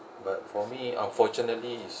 but for me unfortunately is